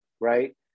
Right